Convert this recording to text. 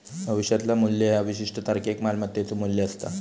भविष्यातला मू्ल्य ह्या विशिष्ट तारखेक मालमत्तेचो मू्ल्य असता